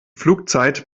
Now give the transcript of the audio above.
flugzeit